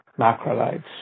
macrolides